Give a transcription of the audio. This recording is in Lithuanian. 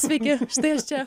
sveiki štai aš čia